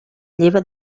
lleva